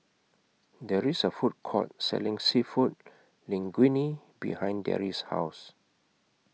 There IS A Food Court Selling Seafood Linguine behind Darry's House